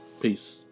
peace